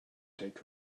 take